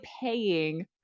paying